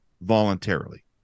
voluntarily